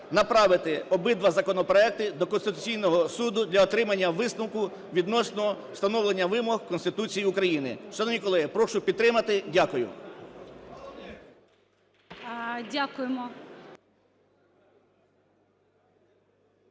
направити обидва законопроекти до Конституційного Суду для отримання висновку відносно встановлення вимог Конституції України. Шановні колеги, прошу підтримати. Дякую.